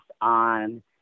on